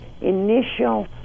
initial